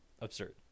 absurd